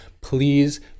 please